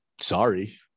sorry